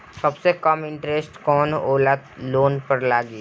सबसे कम इन्टरेस्ट कोउन वाला लोन पर लागी?